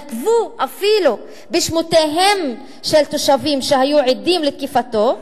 נקבו אפילו בשמותיהם של תושבים שהיו עדים לתקיפתם,